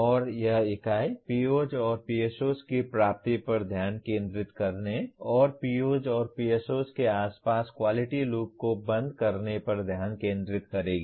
और यह इकाई POs और PSOs की प्राप्ति पर ध्यान केंद्रित करने और POs और PSOs के आसपास क्वालिटी लूप को बंद करने पर ध्यान केंद्रित करेगी